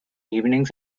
evenings